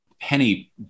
penny